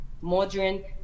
modern